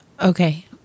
Okay